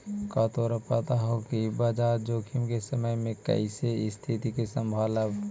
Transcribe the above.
का तोरा पता हवअ कि बाजार जोखिम के समय में कइसे स्तिथि को संभालव